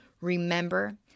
Remember